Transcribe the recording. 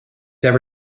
ever